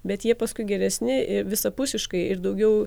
bet jie paskui geresni visapusiškai ir daugiau